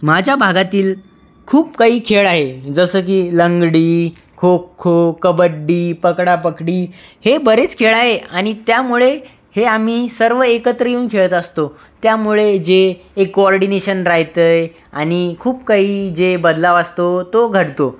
माझ्या भागातील खूप काही खेळ आहे जसं की लंगडी खोखो कबड्डी पकडापकडी हे बरेच खेळ आहे आणि त्यामुळे हे आम्ही सर्व एकत्र येऊन खेळत असतो त्यामुळे जे एक कॉर्डिनेशन राहतं आहे आणि खूप काही जे बदलाव असतो तो घडतो